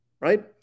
right